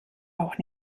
auch